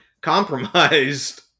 compromised